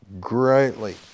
greatly